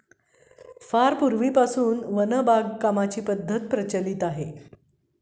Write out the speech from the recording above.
फार पूर्वीपासून वन बागकामाची पद्धत प्रचलित आहे